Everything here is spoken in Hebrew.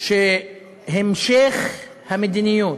שזה המשך המדיניות,